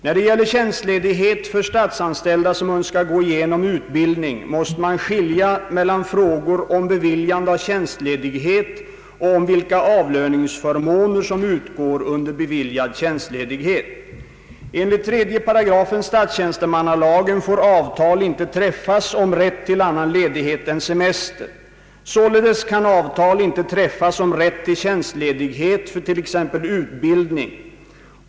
När det gäller tjänstledighet för statsanställda som önskar gå igenom utbildning måste man skilja mellan frågor om beviljande av tjänstledighet och om vilka avlöningsförmåner som utgår under beviljad tjänstledighet. Enligt 3 § statstjänstemannalagen får avtal inte träffas om rätt till annan 1edighet än semester. Således kan avtal inte träffas om rätt till tjänstledighet för t.ex. utbildning.